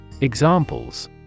Examples